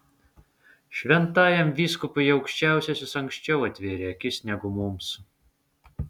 šventajam vyskupui aukščiausiasis anksčiau atvėrė akis negu mums